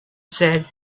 said